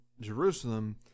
Jerusalem